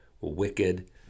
wicked